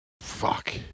Fuck